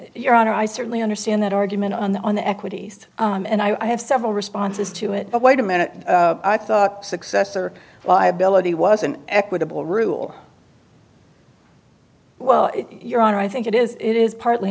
your honor i certainly understand that argument on the on the equities and i have several responses to it but wait a minute i thought successor liability was an equitable rule well your honor i think it is it is partly